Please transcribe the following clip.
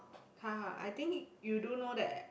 ha ha I think you do know that